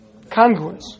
congruence